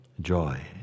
joy